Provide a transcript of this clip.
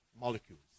molecules